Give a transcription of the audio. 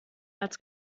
als